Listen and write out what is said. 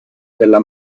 della